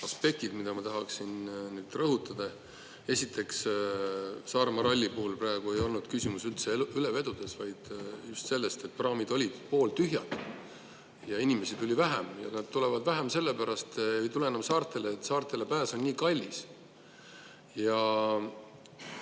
aspektid, mida ma tahaksin rõhutada. Esiteks, Saaremaa ralli puhul ei olnud küsimus üldse ülevedudes, vaid just selles, et praamid olid pooltühjad ja inimesi tuli vähem. Ja nad tulevad vähem või ei tule enam saartele sellepärast, et saartele pääs on nii kallis.